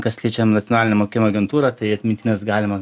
kas liečia nacionalinę mokėjimo agentūrą tai atmintines galima